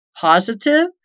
positive